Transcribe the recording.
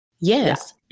yes